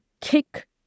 kick